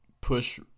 push